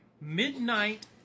midnight